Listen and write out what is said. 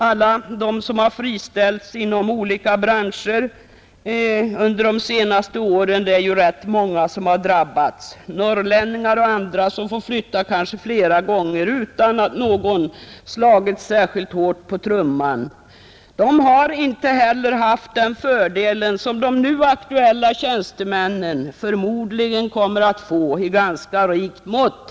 Alla som under de senaste åren har friställts inom olika branscher — och det är ju ganska många som drabbats; norrlänningar och andra har sålunda fått flytta flera gånger utan att någon slagit särskilt hårt på trumman för det — har inte heller haft de fördelar som de nu aktuella tjänstemännen förmodligen kommer att få i ganska rikt mått.